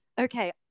Okay